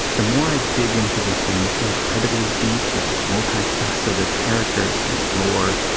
the more i dig into this game's incredibly deep and multifaceted characters and lore,